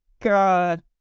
God